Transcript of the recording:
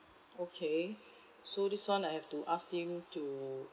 okay so this one I have to ask him to